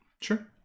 sure